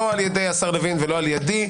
לא על ידי השר לוין ולא על ידי,